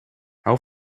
how